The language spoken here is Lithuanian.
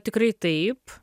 tikrai taip